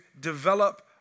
develop